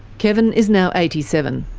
kevin is now eighty seven.